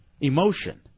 Emotion